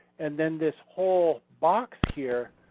and then this whole box here,